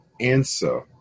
answer